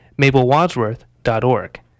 MabelWadsworth.org